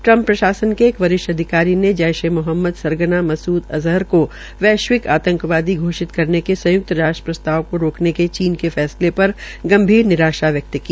Trump प्रशासन के एक वरिष्ठ अधिकारी ने जैश् ए मोहम्मद सरगना मसूद अज़हर की वैश्विक आतंकवादी घोषित करने के संयुक्त राष्ट्र प्रस्ताव को रोकने चीन के फैसले पर गंभीर निराशा व्यक्त की